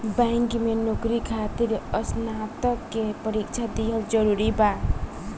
Bank में नौकरी खातिर स्नातक के परीक्षा दिहल जरूरी बा?